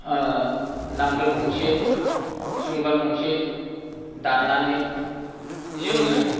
नांगोल गंसे जुंगाल गंसे दान्नानै जोङो